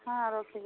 ହଁ ରଖିବି